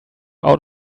out